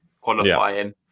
qualifying